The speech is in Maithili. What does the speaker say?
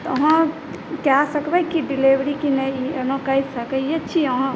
हँ कऽ सकबै कि डिलीवरी कि नहि एनौ कऽ सकै छी अहाँ